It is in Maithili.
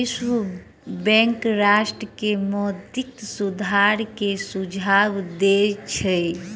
विश्व बैंक राष्ट्र के मौद्रिक सुधार के सुझाव दैत छै